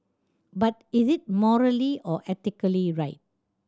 but is it morally or ethically right